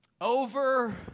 Over